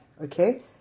Okay